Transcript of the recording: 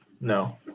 No